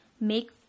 make